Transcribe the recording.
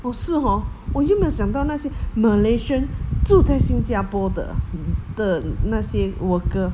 oh 是 hor 我又没有想到那些 malaysian 住在新加坡的的那些 worker